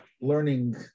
learning